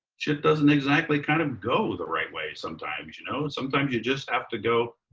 shit doesn't exactly kind of go the right way sometimes. you know and sometimes you just have to go,